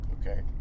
Okay